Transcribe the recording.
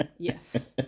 Yes